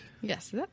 Yes